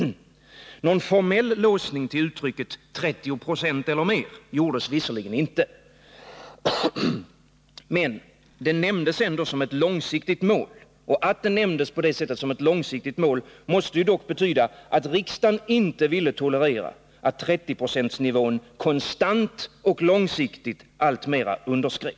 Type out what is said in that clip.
Någon formell låsning till uttrycket 30 90 eller mer” gjordes visserligen inte, men det nämndes ändå som ett långsiktigt mål. Och att det nämndes på det sättet måste ju betyda att riksdagen inte ville tolerera att 30-procentsnivån konstant och långsiktigt alltmer underskreds.